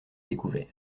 découvert